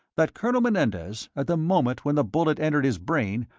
that colonel menendez, at the moment when the bullet entered his brain,